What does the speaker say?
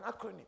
acronym